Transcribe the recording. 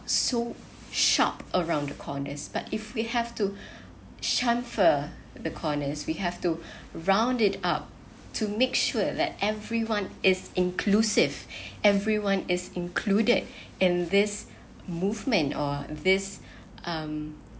so shop around the corners but if we have to shun for the corners we have to round it up to make sure that everyone is inclusive everyone is included in this movement or this um